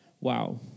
Wow